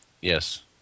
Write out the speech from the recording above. Yes